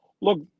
look